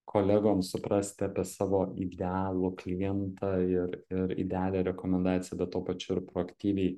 kolegoms suprasti apie savo idealų klientą ir ir idealią rekomendaciją bet tuo pačiu ir proaktyviai